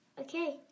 Okay